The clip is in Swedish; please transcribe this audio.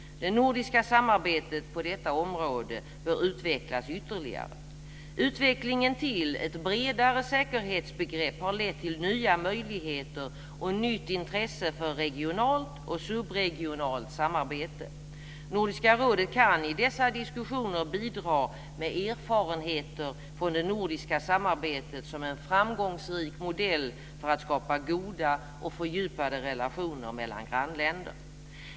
Det nordiska samarbetet på detta område bör utvecklas ytterligare. Utvecklingen till ett bredare säkerhetsbegrepp har lett till nya möjligheter och nytt intresse för regionalt och subregionalt samarbete. Nordiska rådet kan i dessa diskussioner bidra med erfarenheter från det nordiska samarbetet som en framgångsrik modell för att skapa goda och fördjupade relationer mellan grannländer.